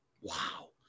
wow